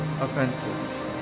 offensive